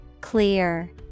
clear